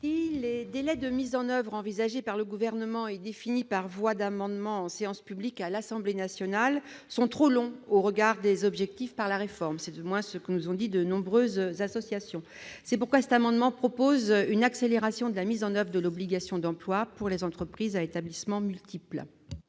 Les délais de mise en oeuvre envisagés par le Gouvernement, et définis par voie d'amendement en séance publique à l'Assemblée nationale, sont trop longs au regard des objectifs de la réforme- c'est ce que nous ont dit de nombreuses associations. C'est pourquoi cet amendement tend à une accélération de la mise en oeuvre de l'obligation d'emploi pour les entreprises à établissements multiples.